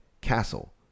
castle